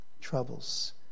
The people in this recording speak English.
troubles